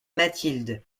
mathilde